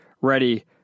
ready